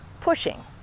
pushing